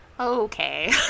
okay